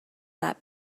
that